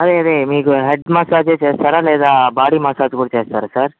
అదే అదే మీకు హెడ్ మసాజే చేస్తారా లేదా బాడీ మసాజ్ కూడ చేస్తారా సార్